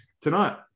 tonight